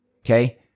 Okay